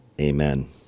Amen